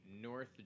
North